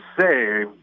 say